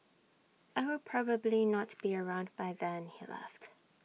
I will probably not be around by then he laughed